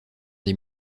des